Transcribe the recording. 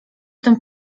tym